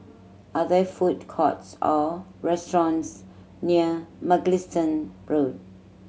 are there food courts or restaurants near Mugliston Road